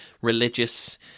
religious